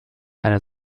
eine